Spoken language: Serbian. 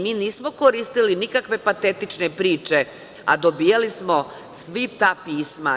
Mi nismo koristili nikakve patetične priče, a dobijali smo svi ta pisma.